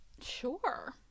Sure